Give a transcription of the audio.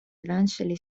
eventually